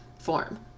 form